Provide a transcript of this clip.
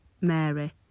Mary